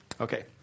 Okay